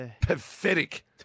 pathetic